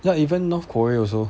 ya even north korea also